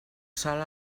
sol